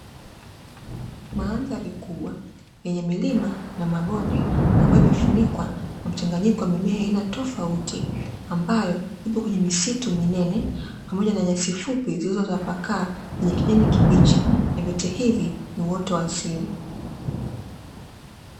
Maandhari kubwa yenye milima na mabonde ambayo imefunikwa na mchanganyiko wa mimea ya aina tofauti ambayo ipo kwenye misitu minene pamoja na nyasi fupi zilizotapakaa yenye kijani kibichi na vyote hivi ni uoto wa asili.